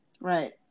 Right